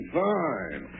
fine